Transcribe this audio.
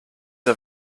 are